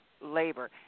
Labor